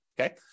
okay